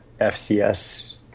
FCS